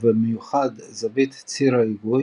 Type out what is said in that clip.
ובמיוחד זווית ציר ההיגוי